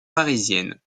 parisienne